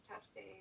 testing